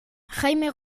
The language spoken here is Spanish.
jaime